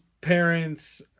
parents